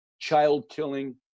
child-killing